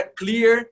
clear